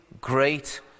great